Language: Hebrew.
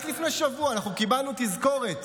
רק לפני שבוע קיבלנו תזכורת